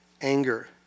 anger